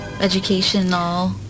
educational